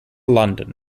london